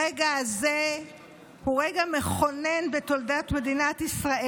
הרגע הזה הוא רגע מכונן בתולדות מדינת ישראל.